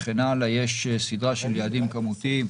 יש סדרה של יעדים כמותיים,